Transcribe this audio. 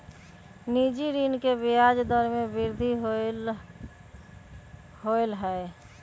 निजी ऋण के ब्याज दर में वृद्धि होलय है